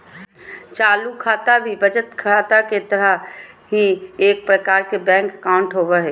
चालू खाता भी बचत खाता के तरह ही एक प्रकार के बैंक अकाउंट होबो हइ